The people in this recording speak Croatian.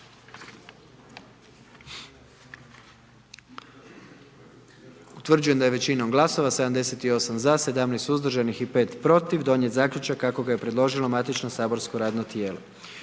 Utvrđujem da je većinom glasova 78 za i 1 suzdržan i 20 protiv donijet zaključak kako ga je predložilo matično saborsko radno tijelo.